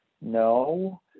No